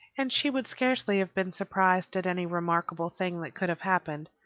and she would scarcely have been surprised at any remarkable thing that could have happened.